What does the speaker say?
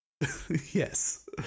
yes